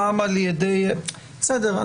פעם על ידי בסדר.